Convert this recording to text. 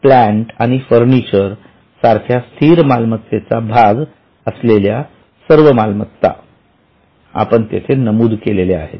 plant आणि furniture सारख्या स्थिर मालमत्तेचा भागअसलेल्या सर्व मालमत्ता आपण तेथे नमूद केल्या आहेत